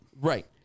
Right